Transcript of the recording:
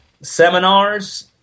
seminars